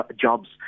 jobs